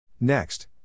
Next